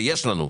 ויש לנו,